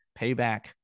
payback